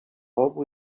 obu